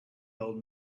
old